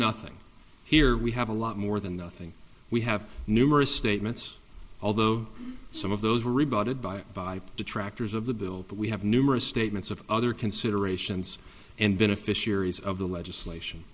nothing here we have a lot more than the thing we have numerous statements although some of those were rebutted by detractors of the bill but we have numerous statements of other considerations and beneficiaries of the legislation